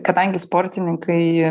kadangi sportininkai